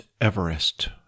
Everest